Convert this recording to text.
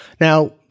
Now